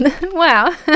Wow